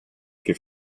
che